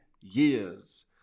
years